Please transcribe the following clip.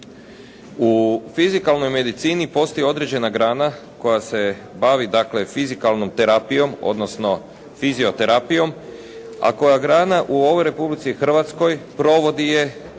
U fizikalnoj medicini postoji određena grana koja se bavi dakle fizikalnom terapijom, odnosno fizioterapijom, a koja grada u ovoj Republici Hrvatskoj provodi je srednja